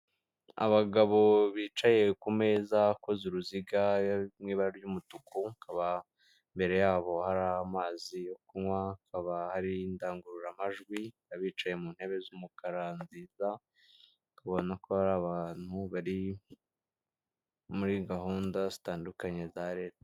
Abagabo bicaye ku meza akoze uruziga, ruri mu ibara ry'umutuku hakaba imbere yabo hari amazi yo kunywa haba hari indangururamajwi, abicaye mu ntebe z'umukara nziza, ukabona ko ari abantu bari muri gahunda zitandukanye za leta